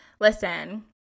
listen